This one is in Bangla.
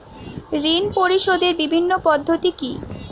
ঋণ পরিশোধের বিভিন্ন পদ্ধতি কি কি?